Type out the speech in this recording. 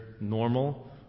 normal